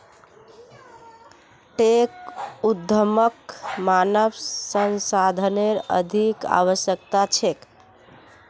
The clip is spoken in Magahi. टेक उद्यमक मानव संसाधनेर अधिक आवश्यकता छेक